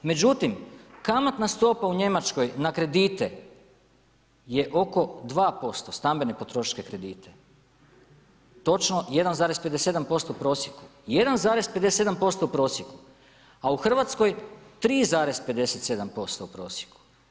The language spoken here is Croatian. Međutim kamatna stopa u Njemačkoj na kredite je oko 2% stambene potrošačke kredite, točno1,57% u prosjeku, 1,57% u prosjeku, a u Hrvatskoj 3,57% u prosjeku.